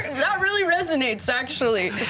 that really resonates, actually.